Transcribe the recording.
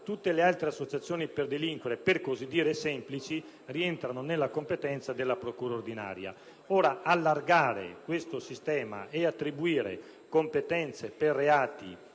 tutte le altre associazioni per delinquere che possiamo definire semplici rientrano nella competenza della procura ordinaria. Estendere questo sistema ed attribuire competenze per reati